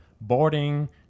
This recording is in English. boarding